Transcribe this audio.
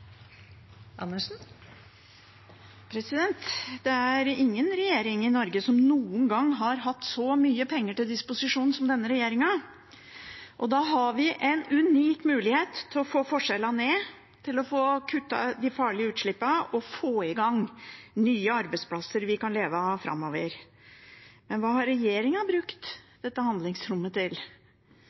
ingen norsk regjering som noen gang har hatt så mye penger til disposisjon som denne regjeringen. Og da har vi en unik mulighet til å få forskjellene ned, til å få kuttet de farlige utslippene og til få i gang nye arbeidsplasser vi kan leve av framover. Men hva har regjeringen brukt dette handlingsrommet til?